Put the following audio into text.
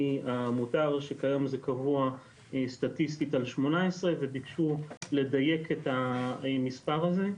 המותר שכיום זה קבוע סטטיסטית על 18 וביקשו לדייק את המספר הזה.